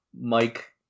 Mike